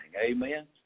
amen